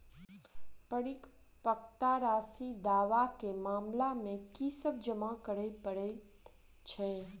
परिपक्वता राशि दावा केँ मामला मे की सब जमा करै पड़तै छैक?